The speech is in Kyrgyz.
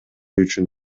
үчүн